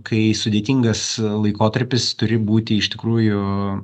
kai sudėtingas laikotarpis turi būti iš tikrųjų